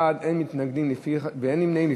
27 בעד, אין מתנגדים ואין נמנעים.